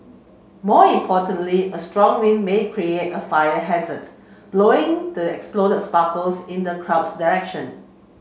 more importantly a strong wind may create a fire hazard blowing the explode sparkles in the crowd's direction